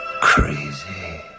Crazy